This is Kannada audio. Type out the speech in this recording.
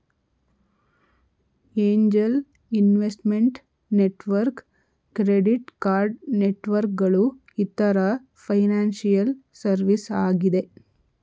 angel investment network, credit card networks ಗಳು ಇತರ ಫೈನಾನ್ಸಿಯಲ್ ಸರ್ವಿಸ್ ಆಗಿದೆ